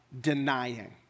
denying